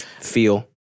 feel